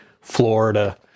Florida